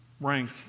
rank